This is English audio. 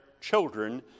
children